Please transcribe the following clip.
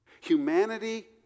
Humanity